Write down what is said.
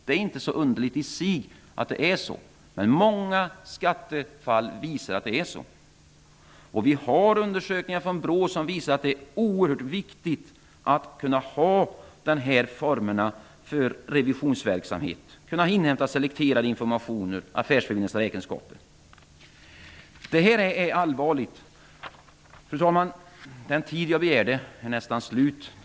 Det är inte underligt i sig att det är så. Många skattefall visar att det är så. Undersökningar från BRÅ visar att det är oerhört viktigt att ha de här formerna för revisionsverksamhet. Det är viktigt att kunna inhämta selekterad information om räkenskaper. Detta är allvarligt. Fru talman! Den tid jag begärde är nästan slut.